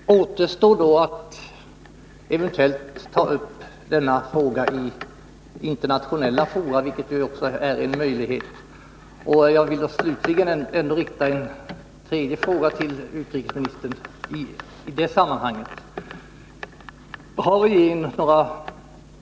Herr talman! Det återstår då att eventuellt ta upp denna fråga i internationella fora, vilket också är möjligt. Jag vill i det sammanhanget ställa en tredje fråga till utrikesministern: Har regeringen några